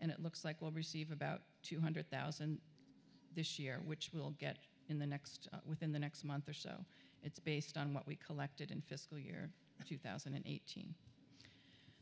and it looks like we'll receive about two hundred thousand this year which will get in the next within the next month or so it's based on what we collected in fifty two thousand and eighteen